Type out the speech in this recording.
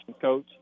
Coach